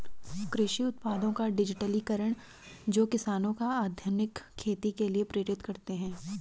कृषि उत्पादों का डिजिटलीकरण जो किसानों को आधुनिक खेती के लिए प्रेरित करते है